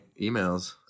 emails